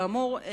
כאמור,